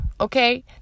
okay